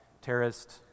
terrorist